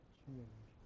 change